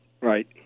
Right